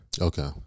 Okay